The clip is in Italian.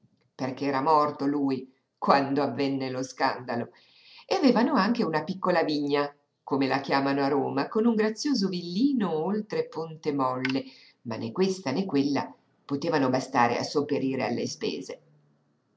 avvenne lo scandalo e avevano anche una piccola vigna come la chiamano a roma con un grazioso villino oltre ponte molle ma né questa né quella potevano bastare a sopperire alle spese